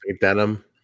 denim